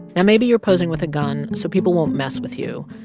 and maybe you're posing with a gun, so people won't mess with you,